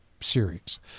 series